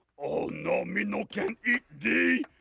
oh no, me no can d?